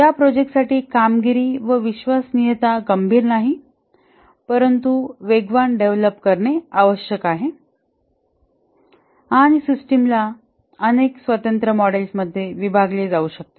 ज्या प्रोजेक्ट साठी कामगिरी व विश्वसनीयता गंभीर नाही परंतु वेगवान डेव्हलप करणे आवश्यक आहे आणि सिस्टमला अनेक स्वतंत्र मॉडेल्स मध्ये विभागले जाऊ शकते